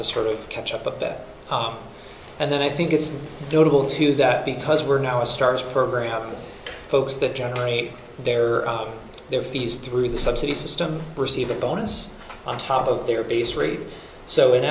to sort of catch up with that and then i think it's notable too that because we're now a stars program folks that generate their their fees through the subsidy system receive a bonus on top of their base rate so in